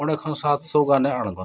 ᱚᱸᱰᱮ ᱠᱷᱚᱱ ᱥᱟᱛᱥᱚ ᱜᱟᱱᱮ ᱟᱬᱜᱚᱱᱟ